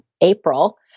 April